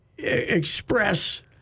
express